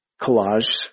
collage